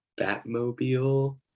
Batmobile